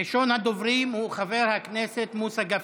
ראשון הדוברים הוא חבר הכנסת מוסא גפני.